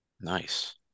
Nice